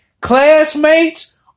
classmates